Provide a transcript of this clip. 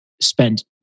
spent